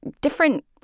different